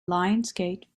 lionsgate